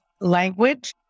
language